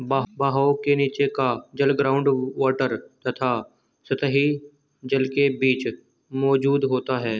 बहाव के नीचे का जल ग्राउंड वॉटर तथा सतही जल के बीच मौजूद होता है